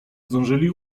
zdążyli